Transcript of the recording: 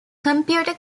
computer